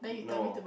no